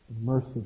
mercy